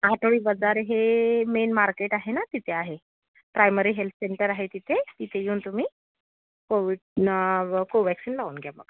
आठवडी बाजार हे मेन मार्केट आहे ना तिथे आहे प्रायमरी हेल्थ सेंटर आहे तिथे तिथे येऊन तुम्ही कोविड कोवॅक्सिन लावून घ्या मग